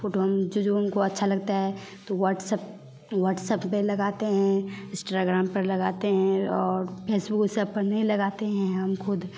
photo हम जो जो हमको अच्छा लगता है तो व्हाट्सएप्प व्हाट्सएप्प पर लगाते हैं इन्स्त्राग्राम पर लगाते हैं और फेसबुक इ सब पर नहीं लगाते हैं हम खुद